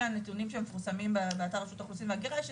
מהנתונים שמפורסמים באתר של רשות האוכלוסין וההגירה,